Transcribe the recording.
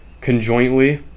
conjointly